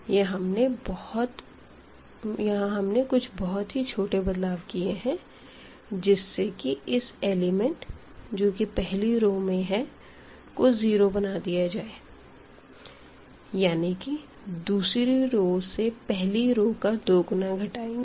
यहां हमने कुछ बहुत ही छोटे बदलाव किए हैं जिससे कि इस एलिमेंट जो की पहली रो में है को 0 बना दिया जाए यानी की दूसरी रो से पहली रो का दोगुना घटाएंगे